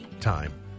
time